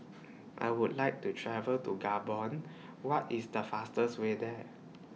I Would like to travel to Gabon What IS The fastest Way There